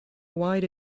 wide